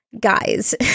Guys